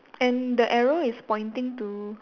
and the arrow is pointing to